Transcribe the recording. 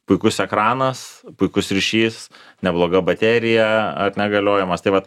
puikus ekranas puikus ryšys nebloga baterija ar ne galiojimas tai vat